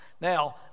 Now